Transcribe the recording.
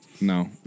No